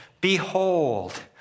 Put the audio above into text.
Behold